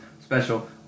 special